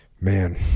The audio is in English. man